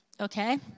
Okay